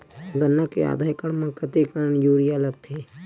गन्ना के आधा एकड़ म कतेकन यूरिया लगथे?